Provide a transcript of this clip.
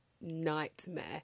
nightmare